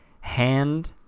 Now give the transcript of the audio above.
Hand